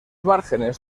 márgenes